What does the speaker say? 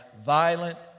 violent